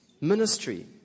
ministry